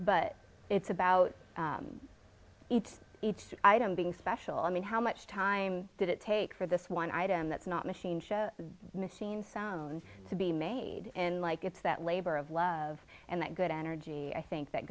but it's about each item being special i mean how much time did it take for this one item that's not machine show machine sewn to be made in like it's that labor of love and that good energy i think that